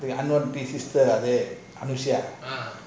I got three sisters அது வந்து அனுஷியா:athu vanthu anushiya